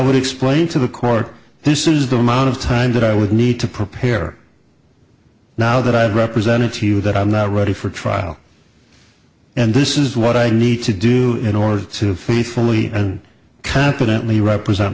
would explain to the court this is the amount of time that i would need to prepare now that i've represented to you that i'm not ready for trial and this is what i need to do in order to fully fully and competently represent